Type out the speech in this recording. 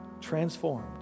transformed